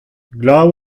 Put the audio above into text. glav